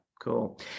cool